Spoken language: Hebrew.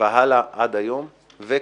והלאה עד היום וקדימה.